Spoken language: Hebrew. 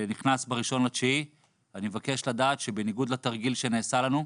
נכנס ב-1.9 אני מבקש לדעת שבניגוד לתרגיל שנעשה לנו,